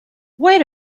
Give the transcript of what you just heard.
wait